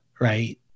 right